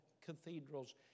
cathedrals